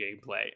gameplay